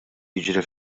jiġri